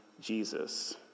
Jesus